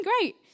great